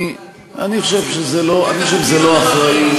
הלוואי שאתם הייתם מתנהגים,